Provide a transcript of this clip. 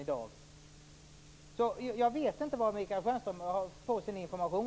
Jag vet således inte inte varifrån Michael Stjernström har fått sin information.